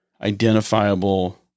identifiable